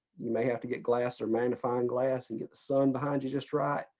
you may have to get glass or magnifying glass and get the sun behind you just right,